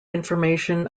information